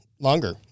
Longer